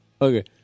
Okay